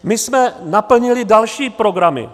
My jsme naplnili další programy.